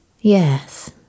Yes